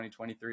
2023